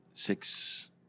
six